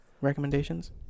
recommendations